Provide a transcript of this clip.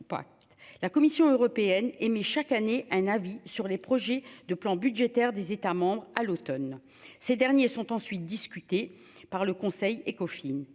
la Commission européenne émet chaque année un avis sur les projets de plan budgétaire des États à l'Automne. Ces derniers sont ensuite discuté par le conseil Ecofine.